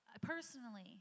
personally